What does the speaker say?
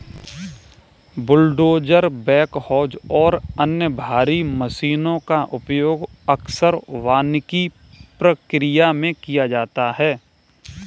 bulldozer backhoes और अन्य भारी मशीनों का उपयोग अक्सर वानिकी प्रक्रिया में किया जाता है